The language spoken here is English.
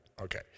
Okay